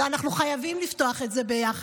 לא, אנחנו חייבים לפתוח את זה ביחד.